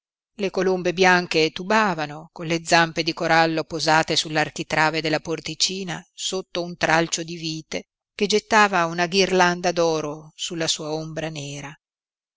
le colombe bianche tubavano con le zampe di corallo posate sull'architrave della porticina sotto un tralcio di vite che gettava una ghirlanda d'oro sulla sua ombra nera